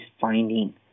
finding